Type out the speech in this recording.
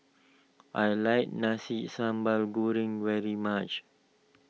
I like Nasi Sambal Goreng very much